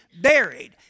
buried